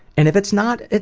and if it's not,